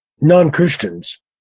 non-Christians